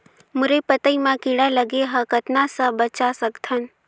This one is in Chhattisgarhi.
मुरई पतई म कीड़ा लगे ह कतना स बचा सकथन?